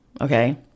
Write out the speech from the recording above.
okay